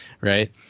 right